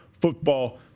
football